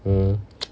mmhmm